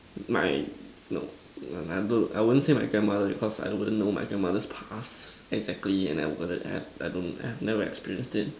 my no I wouldn't say my grandmother because I wouldn't know my grandmother's past exactly and I wouldn't and I don't have never experienced it